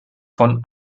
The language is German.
von